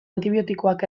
antibiotikoak